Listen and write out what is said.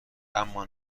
اما